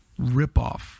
ripoff